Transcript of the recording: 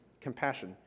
compassion